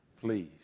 Please